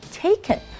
taken